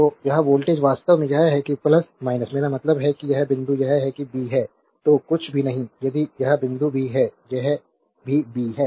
तो यह वोल्टेज वास्तव में यह है मेरा मतलब है कि यह बिंदु यह है बी है तो कुछ भी नहीं है यह बिंदु भी है यह भी बी है